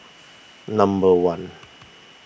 number one